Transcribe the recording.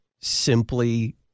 simply